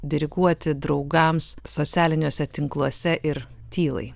diriguoti draugams socialiniuose tinkluose ir tylai